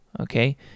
okay